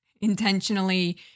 intentionally